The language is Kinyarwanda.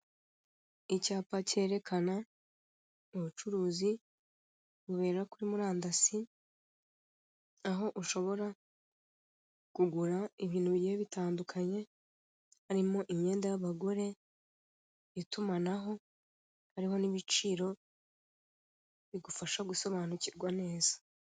Icyapa kerekana ubucuruzi bubera kuri murandasi, aho ushobora kugura ibintu bigiye bitandukanye, harimo imyenda y'abagore, itumanaho, hariho n'ibiciro bigufasha gusobanukirwa neza.